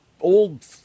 old